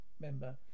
member